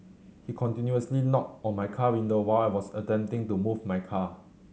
he continuously knocked on my car window while I was attempting to move my car